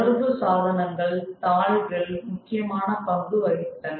தொடர்பு சாதனங்கள் தாள்கள் முக்கியமான பங்கு வகித்தன